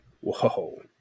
whoa